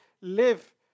live